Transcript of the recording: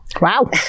Wow